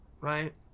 right